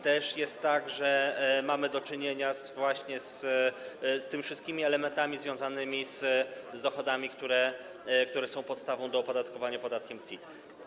Też jest tak, że mamy do czynienia właśnie z tymi wszystkimi elementami związanymi z dochodami, które są podstawą do opodatkowania podatkiem CIT.